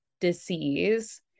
disease